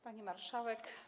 Pani Marszałek!